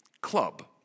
club